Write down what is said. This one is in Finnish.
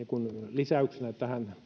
lisäyksenä tähän